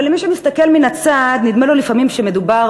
אבל למי שמסתכל מן הצד נדמה לפעמים שמדובר